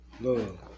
Love